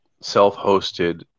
self-hosted